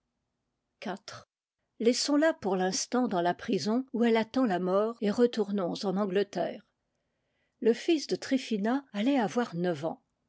laissons-la pour l'instant dans la prison où elle attend la mort et retournons en angleterre le fils de tryphina allait avoir neuf ans